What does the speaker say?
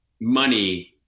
money